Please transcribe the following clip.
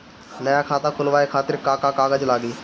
नया खाता खुलवाए खातिर का का कागज चाहीं?